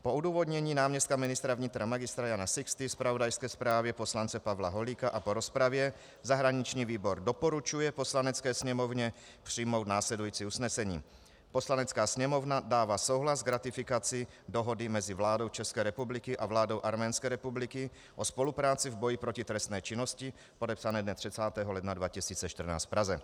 Po odůvodnění náměstka ministra vnitra Mgr. Jana Sixty, zpravodajské zprávě poslance Pavla Holíka a po rozpravě zahraniční výbor doporučuje Poslanecké sněmovně přijmout následující usnesení: Poslanecká sněmovna dává souhlas k ratifikaci Dohody mezi vládou České republiky a vládou Arménské republiky o spolupráci v boji proti trestné činnosti, podepsané dne 30. ledna 2014 v Praze.